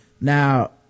now